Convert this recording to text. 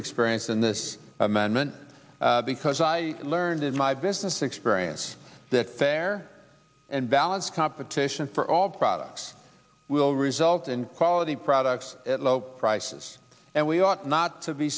experience in this amendment because i learned in my business experience that fair and balanced competition for all products will result in quality products at low prices and we ought not to be